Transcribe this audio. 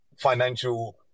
financial